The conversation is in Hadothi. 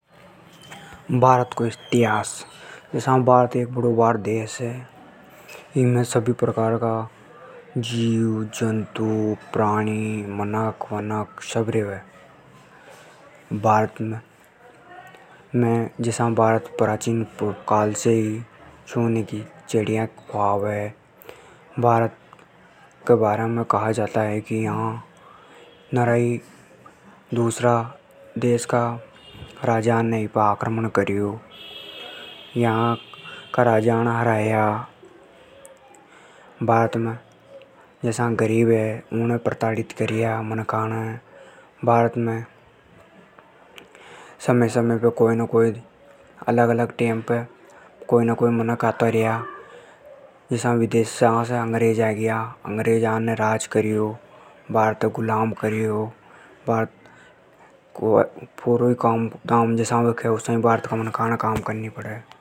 भारत को इतिहास। जसा भारत एक बड़ों भार देश है। इमे सभी प्रकार का जीव जंतु, प्राणी, मनख सब रेवे। जसा भारत प्राचीन काल से ही सोने की चिड़िया ख्वावे। भारत का बारा में खेवे की दूसरा देश का राजा ने इपे आक्रमण कर्या। या का राजा णे हराया। भारत में जसा गरीब हे उणे प्रताड़ित कर्या। भारत में अलग अलग टेम पे कोई न कोई मनख आता र््या । जसा विदेश से अंग्रेज आगया तो उण ने राज कर्यो। गुलाम बणाया।